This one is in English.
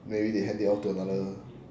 maybe they hand it off to another